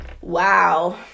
wow